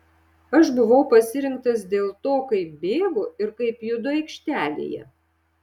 aš buvau pasirinktas dėl to kaip bėgu ir kaip judu aikštelėje